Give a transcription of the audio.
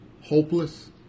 hopeless